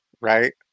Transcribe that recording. right